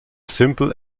simple